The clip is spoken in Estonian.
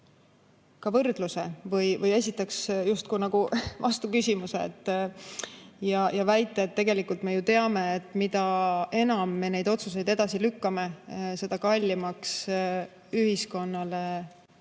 ka võrdluse või esitaks justkui vastuküsimuse ja väite, et tegelikult me ju teame, et mida enam me neid otsuseid edasi lükkame, seda kallimaks ühiskonnale see